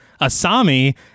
Asami